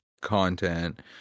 content